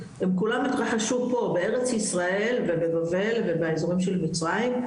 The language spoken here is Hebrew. הם כולם התרחשו פה בארץ ישראל ובבבל ובאזורים של מצרים,